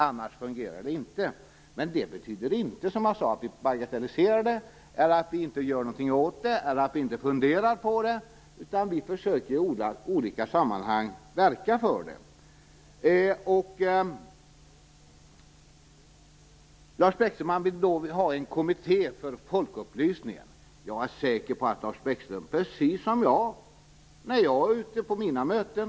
Annars fungerar det inte. Men detta betyder som sagt inte att vi bagatelliserar det här, att vi inte gör något åt eller att vi inte funderar på det. Vi försöker tvärtom i olika sammanhang att verka för det. Lars Bäckström vill ha en kommitté för folkupplysningen. Jag är säker på att han gör precis som jag när jag är ute på mina möten.